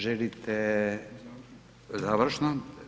Želite završno?